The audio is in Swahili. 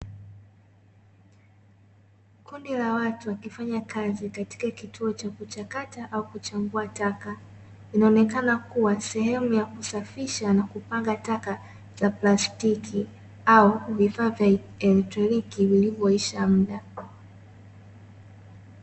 Kundi la watu wakifanya kazi katika kituo cha kuchakata au kuchambua taka. Inaonekana kuwa sehemu ya kusafisha na kupanga taka za plastiki au vifaa vya elektroniki vilivyoisha muda.